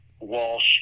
Walsh